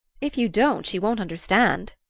if you don't she won't understand.